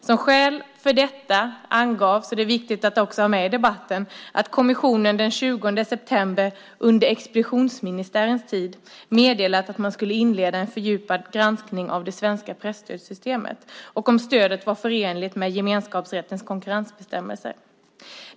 Som skäl för detta angavs - och det är viktigt att ha med det i debatten - att kommissionen den 20 september, under expeditionsministärens tid, meddelat att man skulle inleda en fördjupad granskning av det svenska presstödssystemet och om stödet var förenligt med gemenskapsrättens konkurrensbestämmelser.